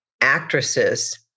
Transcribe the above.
actresses